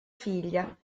figlia